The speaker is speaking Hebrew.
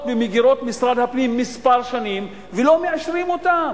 במגירות משרד הפנים כמה שנים ולא מאשרים אותם,